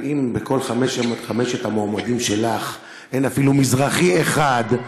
אבל אם בכל חמשת המועמדים שלך אין אפילו מזרחי אחד,